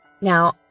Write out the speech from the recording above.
Now